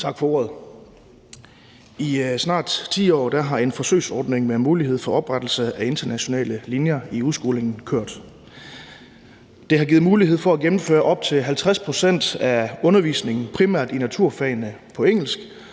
Tak for ordet. I snart 10 år har der kørt en forsøgsordning med mulighed for oprettelse af internationale linjer i udskolingen. Det har givet mulighed for at gennemføre op til 50 pct. af undervisningen, primært i naturfagene, på engelsk